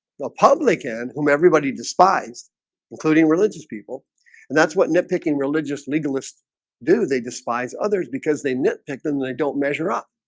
the publican whom everybody despised including religious people and that's what nitpicking religious legalists do they despise others because they nitpick them and they don't measure up